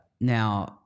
Now